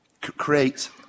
create